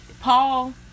Paul